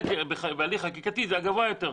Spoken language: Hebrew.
הליך חקיקתי זה הגבוה יותר.